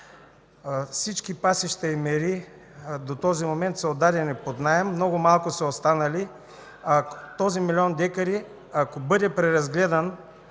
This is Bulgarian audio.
всички пасища и мери до този момент са отдадени под наем. Много малко са останали, а този милион декари, ако бъде преразгледан